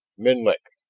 menlik!